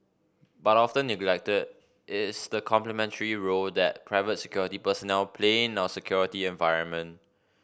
but often neglected is the complementary role that private security personnel play in our security environment